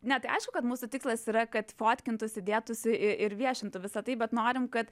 ne tai aišku kad mūsų tikslas yra kad fotkintųsi dėtųsi ir viešintų visa tai bet norim kad